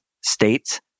states